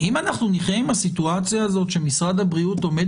אם אנחנו נחיה עם הסיטואציה הזאת שמשרד הבריאות עומד